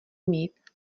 mít